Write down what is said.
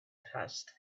passed